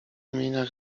promieniach